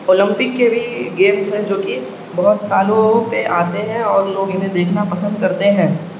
Olympic کے بھی games ہیں جو کہ بہت سالوں پہ آتے ہیں اور لوگ انہیں دیکھنا پسند کرتے ہیں